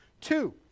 Two